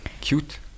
cute